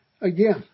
again